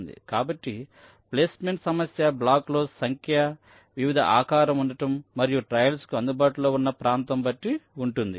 కాబట్టి ప్లేస్మెంట్ సమస్య బ్లాక్ లో సంఖ్య వివిధ ఆకారం ఉండటం మరియు ట్రయల్స్ కు అందుబాటులో ఉన్న ప్రాంతం బట్టి ఉంటుంది